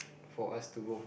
for us to go